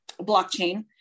blockchain